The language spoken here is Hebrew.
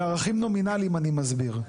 בערכים נומינליים אני מסביר.